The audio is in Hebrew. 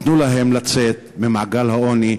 תנו להם לצאת ממעגל העוני,